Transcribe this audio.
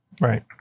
Right